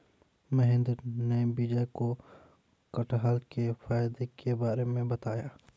महेंद्र ने विजय को कठहल के फायदे के बारे में बताया